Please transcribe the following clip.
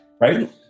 right